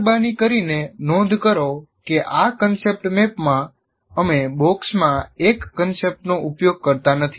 મહેરબાની કરીને નોંધ કરો કે આ કોન્સેપ્ટ મેપમાં અમે બોક્સમાં એક કોન્સેપ્ટનો ઉપયોગ કરતા નથી